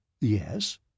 Yes